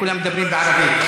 כולם מדברים ערבית.